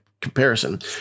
comparison